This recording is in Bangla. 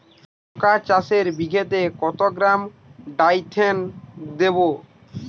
লঙ্কা চাষে বিঘাতে কত গ্রাম ডাইথেন দেবো?